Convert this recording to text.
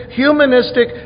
humanistic